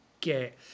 get